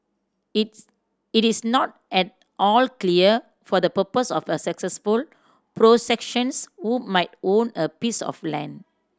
it's it is not at all clear for the purpose of a successful prosecutions who might own a piece of land